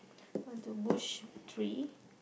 one two bush three